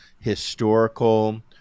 historical